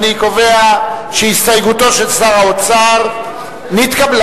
אני קובע שהסתייגותו של שר האוצר נתקבלה.